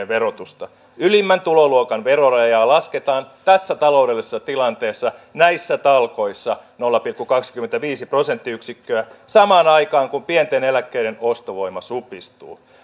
verotusta ylimmän tuloluokan verorajaa lasketaan tässä taloudellisessa tilanteessa näissä talkoissa nolla pilkku kaksikymmentäviisi prosenttiyksikköä samaan aikaan kun pienten eläkkeiden ostovoima supistuu